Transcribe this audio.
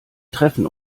treffen